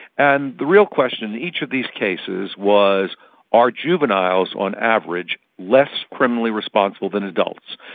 and the real question, each of these cases was are juveniles on average less criminally responsible than adults?